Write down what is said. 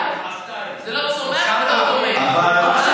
חי, זה לא צומח ולא דומם.